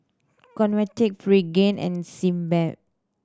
Convatec Pregain and Sebamed